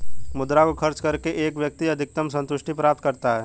मुद्रा को खर्च करके एक व्यक्ति अधिकतम सन्तुष्टि प्राप्त करता है